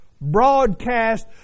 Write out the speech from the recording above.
broadcast